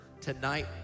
tonight